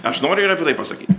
aš noriu ir apie tai pasakyti